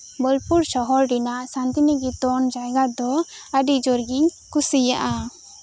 ᱵᱳᱞᱯᱩᱨ ᱥᱚᱦᱚᱨ ᱨᱮᱭᱟᱜ ᱥᱟᱱᱛᱤᱱᱤᱠᱮᱛᱚᱱ ᱡᱟᱭᱜᱟ ᱫᱚ ᱟᱹᱰᱤ ᱡᱳᱨᱜᱤᱧ ᱠᱩᱥᱤᱭᱟᱜᱼᱟ